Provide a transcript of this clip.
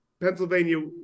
Pennsylvania